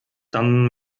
dann